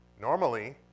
Normally